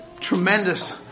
tremendous